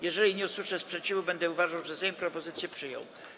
Jeśli nie usłyszę sprzeciwu, będę uważał, że Sejm propozycję przyjął.